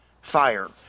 fire